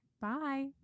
Bye